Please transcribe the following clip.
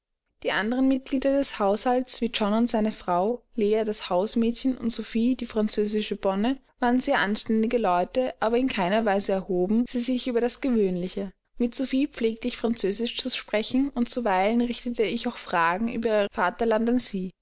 die andern mitglieder des haushalts wie john und seine frau leah das hausmädchen und sophie die französische bonne waren sehr anständige leute aber in keiner weise erhoben sie sich über das gewöhnliche mit sophie pflegte ich französisch zu sprechen und zuweilen richtete ich auch fragen über ihr vaterland an sie